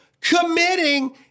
committing